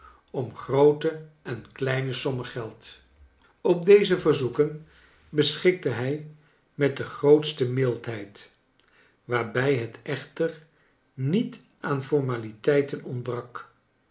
om groote en kleine sommen geld op deze verzoeken beschikte hij met de grootste mildheid waarbij het echter niet aan formaliteiten ontbrak